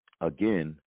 Again